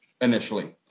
Initially